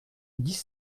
dix